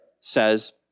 says